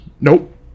Nope